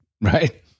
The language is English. Right